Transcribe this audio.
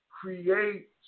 create